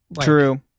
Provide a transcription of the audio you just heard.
True